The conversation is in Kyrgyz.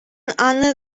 аны